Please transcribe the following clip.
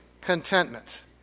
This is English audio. contentment